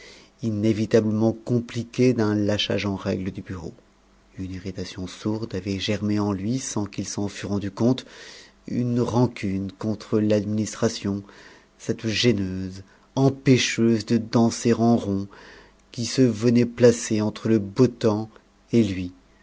inévitablement compliquée d'un lâchage en règle du bureau une irritation sourde avait germé en lui sans qu'il s'en fût rendu compte une rancune contre l'administration cette gêneuse empêcheuse de danser en rond qui se venait placer entre le beau temps et lui